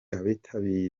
abitabiriye